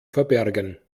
verbergen